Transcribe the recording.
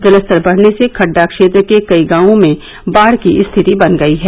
जलस्तर बढ़ने से खड्डा क्षेत्र के कई गांवों में बाढ़ की स्थिति बन गई है